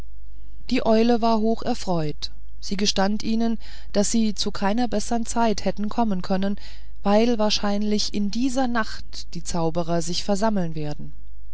die eule war hoch erfreut sie gestand ihnen daß sie zu keiner bessern zeit hätten kommen können weil wahrscheinlich in dieser nacht die zauberer sich versammeln werden